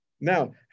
Now